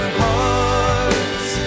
hearts